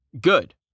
Good